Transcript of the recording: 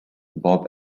bob